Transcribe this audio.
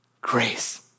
grace